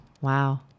wow